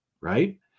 Right